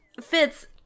Fitz